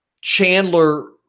Chandler